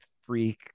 freak